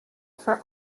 for